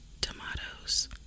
tomatoes